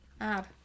Add